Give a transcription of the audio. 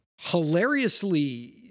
hilariously